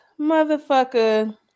motherfucker